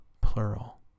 plural